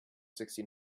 sixty